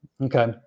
Okay